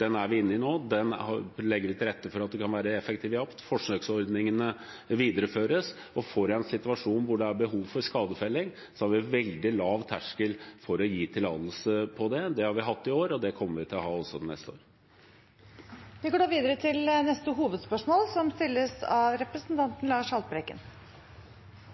inne i nå, og vi legger til rette for at det kan være effektiv jakt. Forsøksordningene videreføres, og får vi en situasjon hvor det er behov for skadefelling, har vi veldig lav terskel for å gi tillatelse til det. Det har vi hatt i år, og det kommer vi til å ha også til neste år. Vi går videre til neste hovedspørsmål.